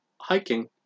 hiking